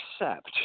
accept